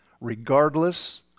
regardless